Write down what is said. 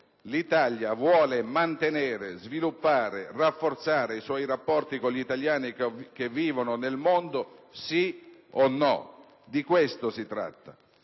l''Italia vuole mantenere, sviluppare, rafforzare i suoi rapporti con gli italiani che vivono nel mondo? Sì o no? Di questo si tratta.